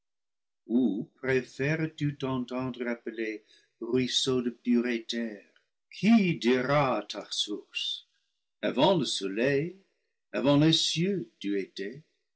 préfères tu t'entendre appeler ruisseau de pur et terre qui dira ta source avant le soleil avant les cieux tu étais